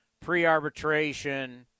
pre-arbitration